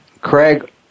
Craig